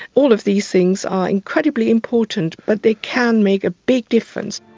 all of these things are incredibly important, but they can make a big difference.